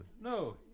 No